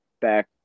back